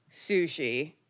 sushi